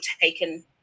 taken